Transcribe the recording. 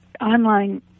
online